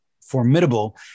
formidable